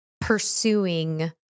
pursuing